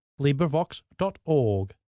LibriVox.org